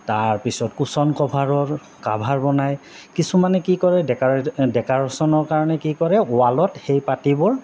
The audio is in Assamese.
তাৰপিছত কুচন কভাৰৰ কাভাৰ বনায় কিছুমানে কি কৰে ডে ডেকাৰেশ্যনৰ কাৰণে কি কৰে ৱালত সেই পাতিবোৰ